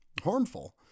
harmful